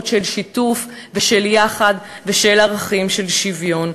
של שיתוף ושל יחד ושל ערכים של שוויון.